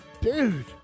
Dude